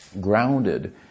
grounded